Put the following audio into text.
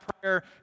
prayer